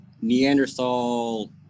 Neanderthal